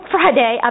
Friday